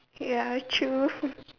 ya I choose